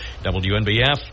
WNBF